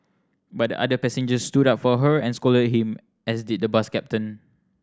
but the other passengers stood up for her and scolded him as did the bus captain